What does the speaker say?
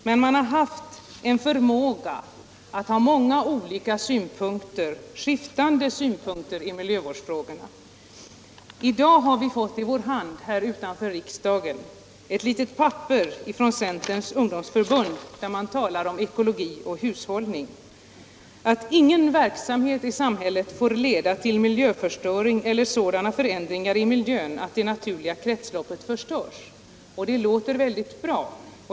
Men centern har haft en förmåga att ha många skiftande synpunkter i miljövårdsfrågan. I dag har vi utanför riksdagen fått i vår hand ett litet papper från centerns ungdomsförbund, vari man talar om ekologi och hushållning. Där sägs att ingen verksamhet i samhället får leda till miljöförstöring eller sådana förändringar i miljön att det naturliga kretsloppet förstörs. Det låter väldigt bra.